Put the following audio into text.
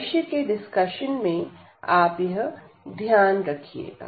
भविष्य के डिस्कशन में आप यह ध्यान में रखिएगा